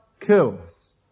kills